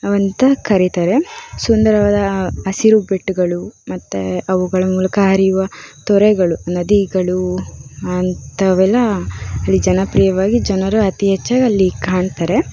ಅಂತ ಕರೀತಾರೆ ಸುಂದರವಾದ ಹಸಿರು ಬೆಟ್ಟಗಳು ಮತ್ತು ಅವುಗಳ ಮೂಲಕ ಹರಿಯುವ ತೊರೆಗಳು ನದಿಗಳು ಅಂಥವೆಲ್ಲ ಅಲ್ಲಿ ಜನಪ್ರಿಯವಾಗಿ ಜನರು ಅತಿ ಹೆಚ್ಚಾಗಿ ಅಲ್ಲಿ ಕಾಣ್ತಾರೆ